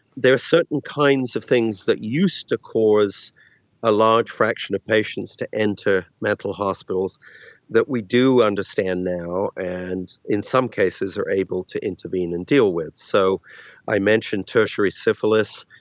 there are certain kinds of things that used to cause a large fraction of patients to enter mental hospitals that we do understand now, and in some cases are able to intervene and deal with. so i mentioned tertiary syphilis,